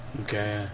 Okay